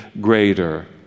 greater